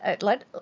let